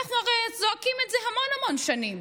אנחנו צועקים את זה המון המון שנים.